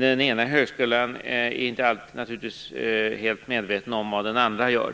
Den ena högskolan är naturligtvis inte alltid helt medveten om vad den andra gör.